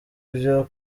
byo